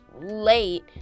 late